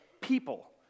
people